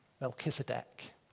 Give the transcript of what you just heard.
Melchizedek